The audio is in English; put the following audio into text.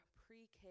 pre-K